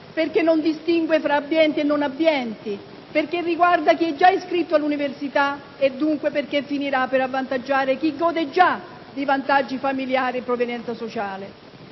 perché non distingue fra abbienti e non abbienti, perché riguarda chi è già iscritto all'università, e dunque perché finirà per avvantaggiare chi gode già di vantaggi familiari e provenienza sociale.